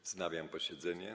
Wznawiam posiedzenie.